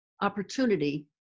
opportunity